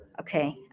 okay